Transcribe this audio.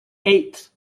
eight